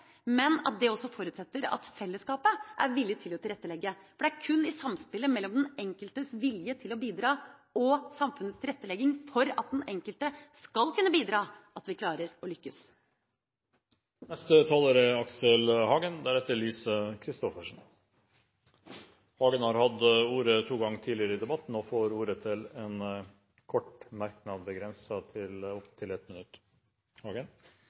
Men det forutsetter at også fellesskapet er villig til å tilrettelegge. Det er kun i samspillet mellom den enkeltes vilje til å bidra og samfunnets tilrettelegging for at den enkelte skal kunne bidra, at vi klarer å lykkes. Aksel Hagen har hatt ordet to ganger tidligere i debatten, og får ordet til en kort merknad, begrenset til 1 minutt.